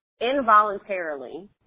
involuntarily